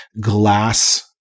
glass